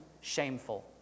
shameful